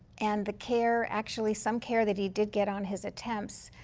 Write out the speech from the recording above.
and the care actually some care that he did get on his attempts,